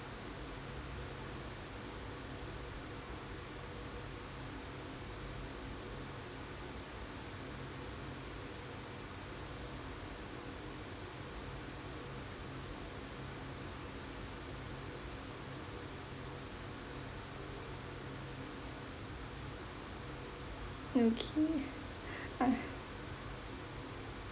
okay I I